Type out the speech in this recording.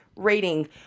rating